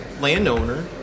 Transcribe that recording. landowner